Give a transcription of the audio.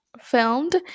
filmed